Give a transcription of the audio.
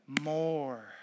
more